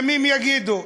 ימים יגידו,